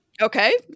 Okay